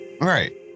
Right